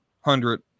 hundred